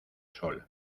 sol